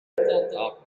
upscale